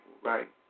right